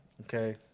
Okay